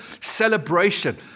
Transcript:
celebration